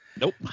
Nope